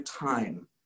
time